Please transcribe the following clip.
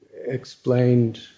explained